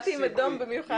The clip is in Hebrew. באתי עם אדום במיוחד.